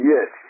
Yes